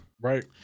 Right